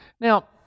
Now